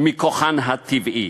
מכוחן הטבעי.